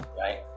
right